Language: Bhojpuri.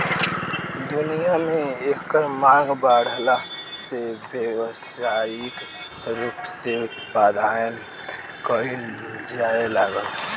दुनिया में एकर मांग बाढ़ला से व्यावसायिक रूप से उत्पदान कईल जाए लागल